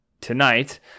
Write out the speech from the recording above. tonight